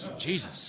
Jesus